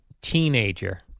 teenager